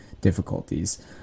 difficulties